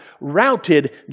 routed